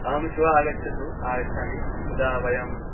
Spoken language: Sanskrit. अहं श्वः आगच्छतु आगच्छामि तदा वयम्